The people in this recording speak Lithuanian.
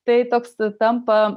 tai toks tampa